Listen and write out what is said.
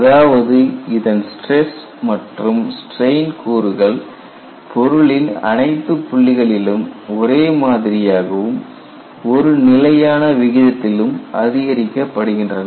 அதாவது இதன் ஸ்டிரஸ் மற்றும் ஸ்ட்ரெயின் கூறுகள் பொருளின் அனைத்துப் புள்ளிகளிலும் ஒரே மாதிரியாகவும் ஒரு நிலையான விகிதத்திலும் அதிகரிக்கப்படுகின்றன